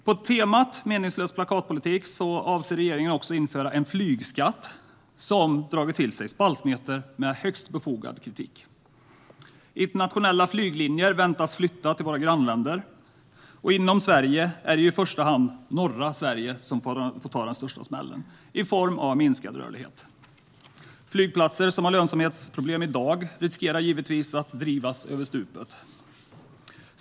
På temat meningslös plakatpolitik avser regeringen också att införa en flygskatt som dragit till sig spaltmeter med högst befogad kritik. Internationella flyglinjer väntas flytta till våra grannländer. Inom Sverige är det i första hand den norra delen som får ta den största smällen i form av minskad rörlighet. Flygplatser som har lönsamhetsproblem i dag riskerar givetvis att drivas över stupet.